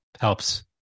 helps